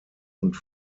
und